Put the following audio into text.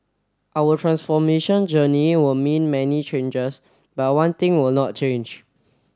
our transformation journey will mean many changes but one thing will not change